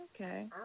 Okay